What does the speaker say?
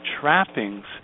trappings